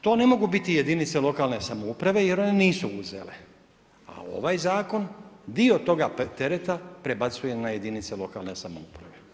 To ne mogu biti jedinice lokalne samouprave jer one nisu uzele, a ovaj Zakon dio toga tereta prebacuje na jedinice lokalne samouprave.